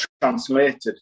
translated